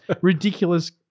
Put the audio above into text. ridiculous